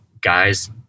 guys